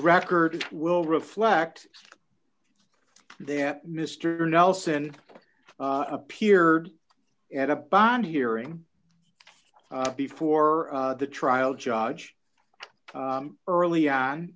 record will reflect that mr nelson appeared at a bond hearing before the trial judge early on